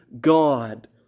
God